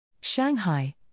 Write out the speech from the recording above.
Shanghai